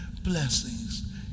blessings